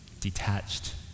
detached